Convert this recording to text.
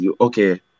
okay